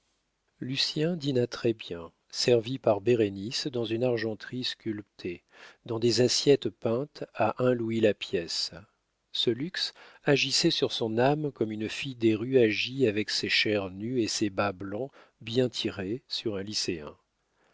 lucien dîna très-bien servi par bérénice dans une argenterie sculptée dans des assiettes peintes à un louis la pièce ce luxe agissait sur son âme comme une fille des rues agit avec ses chairs nues et ses bas blancs bien tirés sur un lycéen